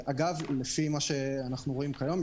לפי מה שאנו רואים כיום,